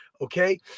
Okay